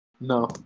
No